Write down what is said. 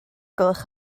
gwelwch